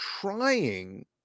trying